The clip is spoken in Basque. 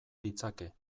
ditzake